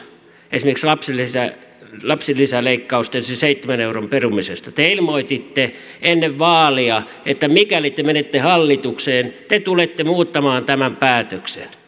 esimerkiksi lapsilisäleikkausten seitsemän euron perumisesta te ilmoititte ennen vaaleja että mikäli te menette hallitukseen te tulette muuttamaan tämän päätöksen